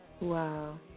Wow